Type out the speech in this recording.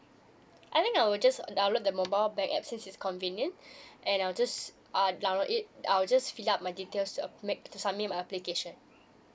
I think I'll just download the mobile bank app since it's convenient and I'll just uh download it I'll just fill up my details and make to submit my application